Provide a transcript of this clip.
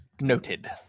noted